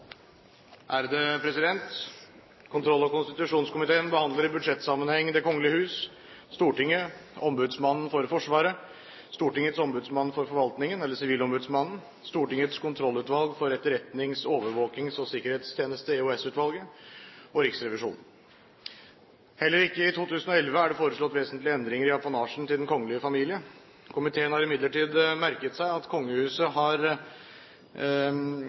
anses vedtatt. Kontroll- og konstitusjonskomiteen behandler i budsjettsammenheng Det kongelige hus, Stortinget, Ombudsmannen for Forsvaret, Stortingets ombudsmann for forvaltningen – eller sivilombudsmannen – Stortingets kontrollutvalg for etterretnings-, overvåkings- og sikkerhetstjeneste – EOS-utvalget – og Riksrevisjonen. Heller ikke i 2011 er det foreslått vesentlige endringer i apanasjen til den kongelige familie. Komiteen har imidlertid merket seg at kongehuset har